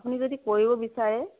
আপুনি যদি কৰিব বিচাৰে